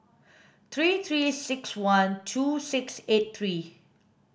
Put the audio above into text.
three three six one two six eight three